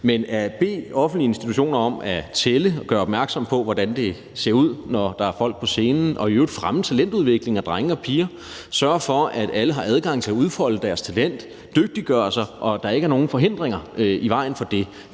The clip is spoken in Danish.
Men at bede offentlige institutioner om at tælle og gøre opmærksom på, hvordan det ser ud, når der er folk på scenen, og i øvrigt fremme talentudviklingen af drenge og piger, sørge for, at alle har adgang til at udfolde deres talent og dygtiggøre sig, og at der ikke er nogen forhindringer i vejen for det,